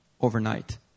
overnight